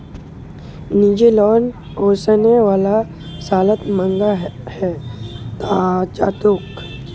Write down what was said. निजी लोन ओसने वाला सालत महंगा हैं जातोक